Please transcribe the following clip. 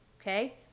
okay